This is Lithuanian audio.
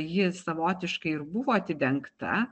ji savotiškai ir buvo atidengta